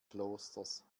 klosters